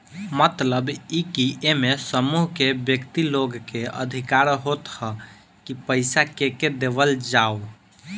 मतलब इ की एमे समूह के व्यक्ति लोग के अधिकार होत ह की पईसा केके देवल जाओ